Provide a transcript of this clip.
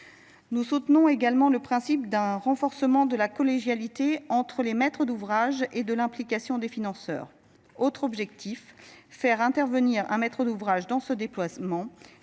Nous soutenons également le principe d'un renforcement de la collégialité entre les maîtres d'ouvrage et de l'implication des financeurs, Autre objectif faire intervenir un maître d'ouvrage dans ce déplacement